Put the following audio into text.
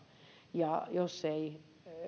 ja jos ei